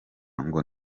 ngo